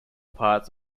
parts